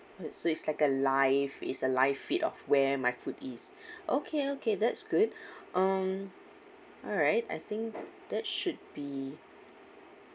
oh so it's like a live it's a live feed of where my food is okay okay that's good um alright I think that should be